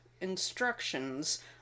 instructions